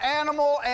animal